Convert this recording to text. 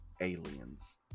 aliens